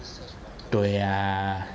对啊